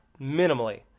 minimally